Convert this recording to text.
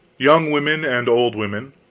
young women and old women,